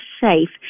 safe